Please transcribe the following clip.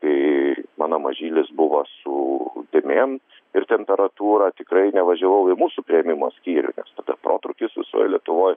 kai mano mažylis buvo su dėmėm ir temperatūra tikrai nevažiavau į mūsų priėmimo skyrių nes tada protrūkis visoj lietuvoj